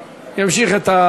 אתה רוצה להקשיב עד הסוף?